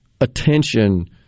attention